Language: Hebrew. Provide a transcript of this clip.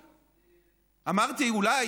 אמרתי: אולי,